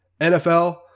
NFL